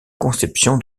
conception